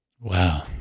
Wow